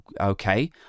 okay